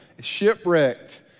shipwrecked